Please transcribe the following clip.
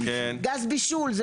גז בישול.